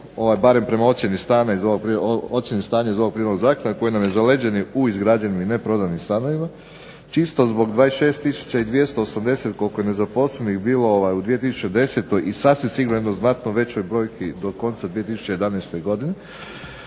barem prema ocjeni stanja iz ovog prijedloga zakona koji nam je zaleđen u izgrađenim i neprodanim stanovima, čisto zbog 26 tisuća i 280 koliko je nezaposlenih bilo u 2010. i sasvim sigurno jednoj znatno većoj brojki do konca 2011. godine,